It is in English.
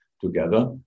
together